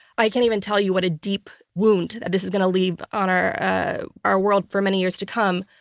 i can't even tell you what a deep wound that this is going to leave on our ah our world for many years to come.